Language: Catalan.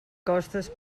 costes